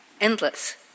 endless